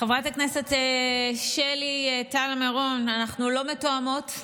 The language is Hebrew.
חברת הכנסת שלי טל מירון, אנחנו לא מתואמות,